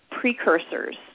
precursors